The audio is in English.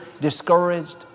discouraged